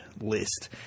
list